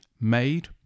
made